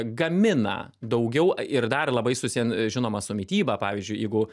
gamina daugiau ir dar labai susiję žinoma su mityba pavyzdžiui jeigu